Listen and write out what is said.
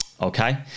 okay